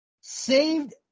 saved